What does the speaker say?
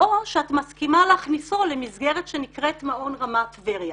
או שאת מסכימה להכניסו למסגרת שנקראת מעון רמת טבריה.